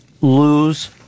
lose